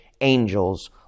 angels